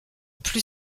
plus